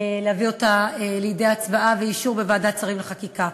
להביא אותה לידי הצבעה ואישור בוועדת שרים לחקיקה.